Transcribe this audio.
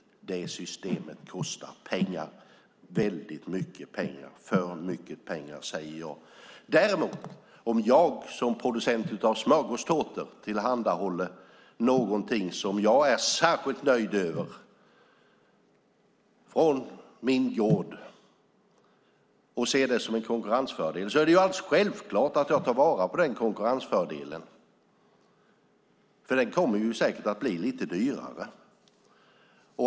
Det systemet kostar pengar, väldigt mycket pengar - för mycket pengar, säger jag. Om jag, däremot, som producent av smörgåstårtor tillhandahåller något som jag är särskilt nöjd med från min gård, och ser det som en konkurrensfördel, är det alldeles självklart att jag tar vara på den konkurrensfördelen. Den kommer säkert att bli lite dyrare.